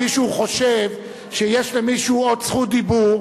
אם מישהו חושב שיש למישהו עוד רשות דיבור,